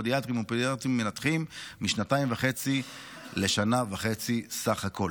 מפודיאטורים ומפודיאטורים מנתחים משנתיים וחצי לשנה וחצי סך הכול.